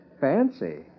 Fancy